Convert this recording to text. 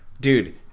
Dude